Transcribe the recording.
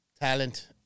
talent